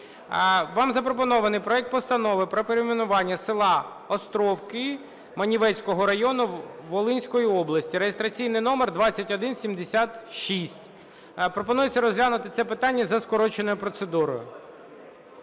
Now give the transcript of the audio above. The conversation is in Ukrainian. Вам запропонований проект Постанови про перейменування села Островки Маневицького району Волинської області (реєстраційний номер 2176). Пропонується розглянути це питання за скороченою процедурою.